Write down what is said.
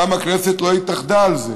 גם הכנסת לא התאחדה על זה.